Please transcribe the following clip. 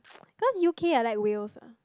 cause U_K I like Wales ah